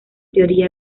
teoría